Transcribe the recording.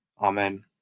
Amen